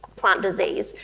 plant disease,